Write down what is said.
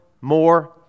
More